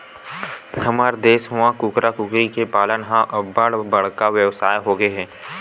हमर देस म कुकरा, कुकरी के पालन ह अब्बड़ बड़का बेवसाय होगे हे